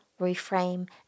reframe